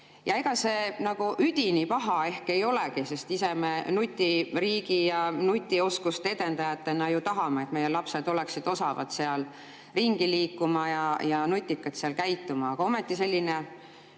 Ja ega see üdini paha ehk ei olegi, sest ise me nutiriigi ja nutioskuste edendajatena ju tahame, et meie lapsed oleksid osavad seal ringi liikuma ja nutikad seal käituma. Aga ometi selline